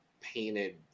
painted